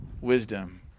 wisdom